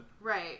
right